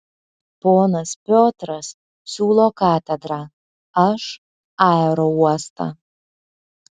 ponas piotras siūlo katedrą aš aerouostą